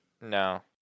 No